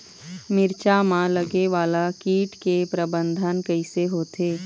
मिरचा मा लगे वाला कीट के प्रबंधन कइसे होथे?